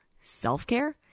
self-care